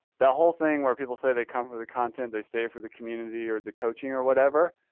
that whole thing where people say they come for the content, they stay for the community or the coaching or whatever.